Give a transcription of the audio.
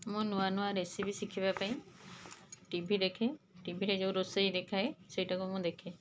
ମୁଁ ନୂଆନୂଆ ରେସିପି ଶିଖିବାପାଇଁ ଟି ଭି ଦେଖେ ଟିଭିରେ ଯେଉଁ ରୋଷେଇ ଦେଖାଏ ସେଇଟାକୁ ମୁଁ ଦେଖେ